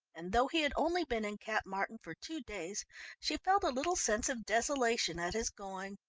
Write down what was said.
and though he had only been in cap martin for two days she felt a little sense of desolation at his going.